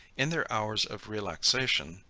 in their hours of relaxation,